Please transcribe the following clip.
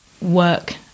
work